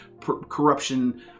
corruption